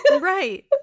Right